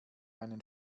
einen